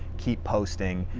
keep posting.